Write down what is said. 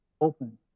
open